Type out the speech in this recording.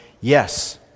yes